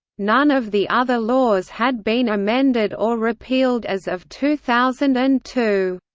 none of the other laws had been amended or repealed as of two thousand and two.